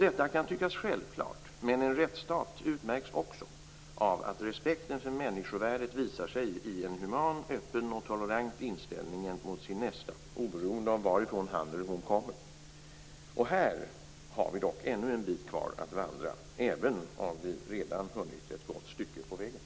Detta kan tyckas självklart, men en rättsstat utmärks också av att respekten för människovärdet visar sig i en human, öppen och tolerant inställning mot sin nästa, oberoende av varifrån han eller hon kommer. Här har vi dock ännu en bit kvar att vandra, även om vi redan hunnit ett gott stycke på vägen.